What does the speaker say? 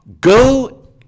go